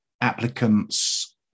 applicants